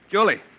Julie